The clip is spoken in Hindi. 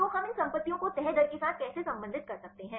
तो हम इन संपत्तियों को तह दर के साथ कैसे संबंधित कर सकते हैं